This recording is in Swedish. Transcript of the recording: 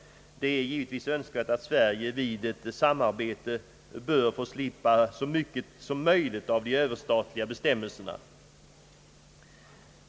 Det är givetvis önskvärt att Sverige vid ett samarbete bör få slippa så mycket av de Ööverstatliga bestämmelserna som möjligt.